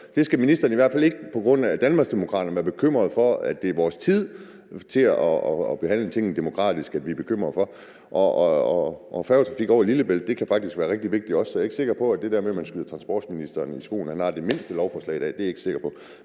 det skal ministeren i hvert fald ikke på grund af Danmarksdemokraterne være bekymret for, altså at det er vores tid til at behandle tingene demokratisk, vi er bekymrede for. Og færgetrafik over Lillebælt kan faktisk være rigtig vigtigt også, så jeg er ikke sikker på, at det der med, at man skyder transportministeren i skoene, at han har det mindste lovforslag i dag, er rigtigt. Jeg